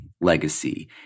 legacy